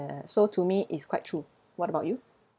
so to me is quite true what about you